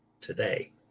today